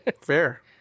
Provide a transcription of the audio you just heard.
Fair